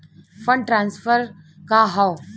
Fund transfer का हव?